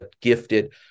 gifted